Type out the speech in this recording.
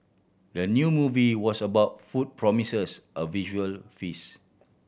the new movie was about food promises a visual feast